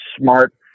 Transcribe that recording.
smart